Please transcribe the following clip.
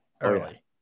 early